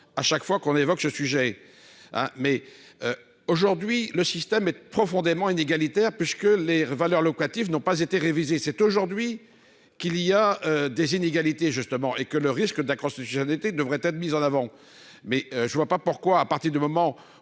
à chaque fois qu'on évoque ce sujet, mais aujourd'hui le système est profondément inégalitaire, puisque les valeurs locatives n'ont pas été révisés c'est aujourd'hui qu'il y a des inégalités justement et que le risque d'acrostiche étais devrait être mis en avant, mais je ne vois pas pourquoi à partir du moment où,